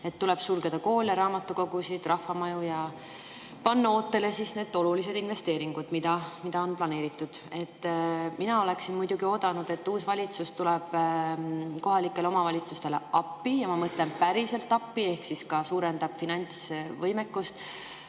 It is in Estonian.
Tuleb sulgeda koole, raamatukogusid, rahvamaju ja panna ootele olulised investeeringud, mida on planeeritud. Mina oleksin muidugi oodanud, et uus valitsus tuleb kohalikele omavalitsustele appi. Ma mõtlen, päriselt appi ehk suurendab finantsvõimekust,